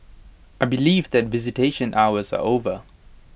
I believe that visitation hours are over